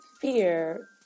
fear